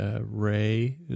Ray